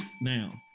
now